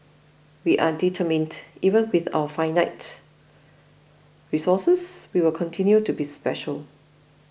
we are determined even with our finite resources we will continue to be special